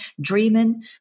dreaming